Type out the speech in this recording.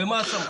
ומה הסמכות.